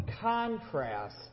contrast